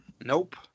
Nope